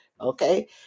okay